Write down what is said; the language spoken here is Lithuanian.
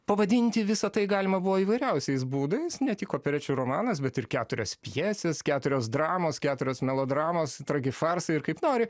pavadinti visa tai galima buvo įvairiausiais būdais ne tik operečių romanas bet ir keturios pjesės keturios dramos keturios melodramos tragifarsai ir kaip nori